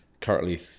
currently